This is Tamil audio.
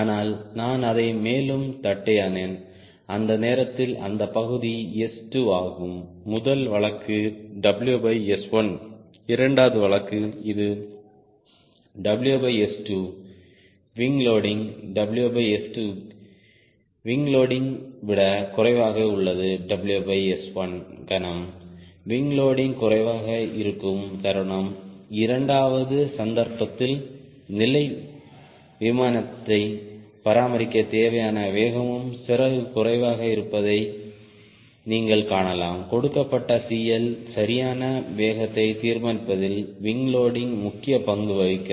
ஆனால் நான் அதை மேலும் தட்டையானேன் அந்த நேரத்தில் அந்த பகுதி S2 ஆகும் முதல் வழக்கு WS1 இரண்டாவது வழக்கு இது WS2 wing loading WS2 wing loading விட குறைவாக உள்ளது WS1 கணம் விங் லோடிங் குறைவாக இருக்கும் தருணம் இரண்டாவது சந்தர்ப்பத்தில் நிலை விமானத்தை பராமரிக்க தேவையான வேகமும் சிறகு குறைவாக இருப்பதை நீங்கள் காணலாம் கொடுக்கப்பட்ட CL சரியான வேகத்தை தீர்மானிப்பதில் விங் லோடிங் முக்கிய பங்கு வகிக்கிறது